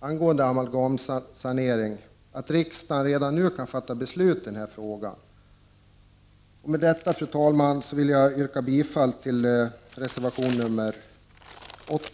angående amalgamsanering att riksdagen redan mr kan fatta beslut i den här frågan. Med detta, fru talman, vill jag yrka bifall till reservation nr 8.